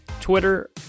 Twitter